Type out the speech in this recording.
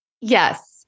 Yes